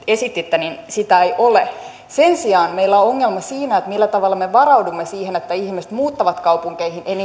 esititte ei ole sen sijaan meillä on ongelma siinä millä tavalla me varaudumme siihen että ihmiset muuttavat kaupunkeihin